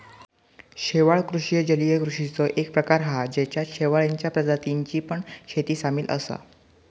शेवाळ कृषि जलीय कृषिचो एक प्रकार हा जेच्यात शेवाळींच्या प्रजातींची पण शेती सामील असा